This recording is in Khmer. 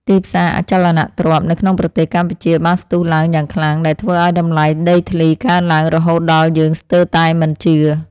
ទីផ្សារអចលនទ្រព្យនៅក្នុងប្រទេសកម្ពុជាបានស្ទុះឡើងយ៉ាងខ្លាំងដែលធ្វើឱ្យតម្លៃដីធ្លីកើនឡើងរហូតដល់យើងស្ទើរតែមិនជឿ។